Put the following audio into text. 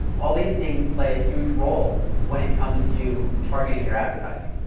all these things play a huge role when it comes to targeting your advertising.